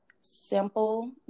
simple